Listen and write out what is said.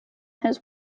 his